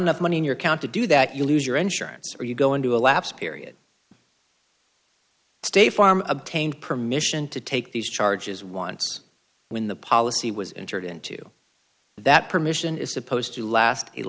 enough money in your count to do that you lose your insurance or you go into a lapse period state farm obtained permission to take these charges once when the policy was entered into that permission is supposed to la